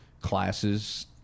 classes